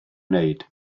wneud